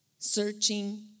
searching